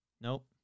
Nope